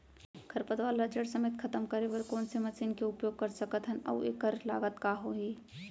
खरपतवार ला जड़ समेत खतम करे बर कोन से मशीन के उपयोग कर सकत हन अऊ एखर लागत का होही?